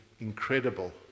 incredible